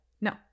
No